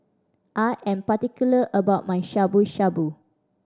I am particular about my Shabu Shabu